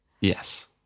Yes